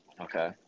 Okay